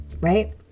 right